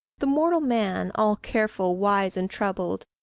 the mortal man, all careful, wise, and troubled,